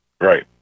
Right